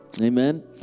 amen